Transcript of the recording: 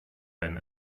wenn